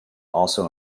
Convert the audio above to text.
also